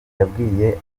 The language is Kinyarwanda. yabwiye